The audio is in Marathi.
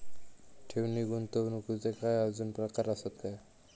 ठेव नी गुंतवणूकचे काय आजुन प्रकार आसत काय?